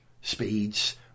speeds